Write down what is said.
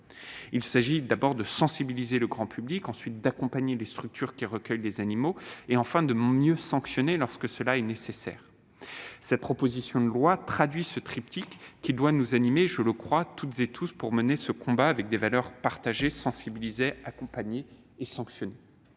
Il s'agit de sensibiliser le grand public, d'accompagner les structures qui recueillent des animaux et de mieux sanctionner lorsque cela est nécessaire. Cette proposition de loi illustre le triptyque qui doit nous animer, je le crois, toutes et tous, pour mener un tel combat, avec des valeurs partagées : sensibiliser, accompagner et sanctionner.